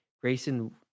Grayson